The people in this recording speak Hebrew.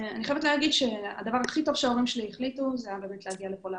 אני חייבת להגיד שהדבר הכי טוב שההורים שלי החליטו עליו היה להגיע לכאן,